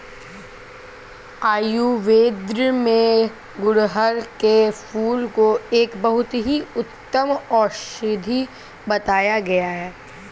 आयुर्वेद में गुड़हल के फूल को एक बहुत ही उत्तम औषधि बताया गया है